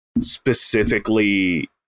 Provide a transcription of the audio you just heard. specifically